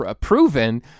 proven